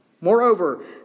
Moreover